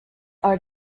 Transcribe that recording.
are